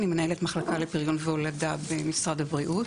אני מנהלת מחלקה לפריון והולדה במשרד הבריאות.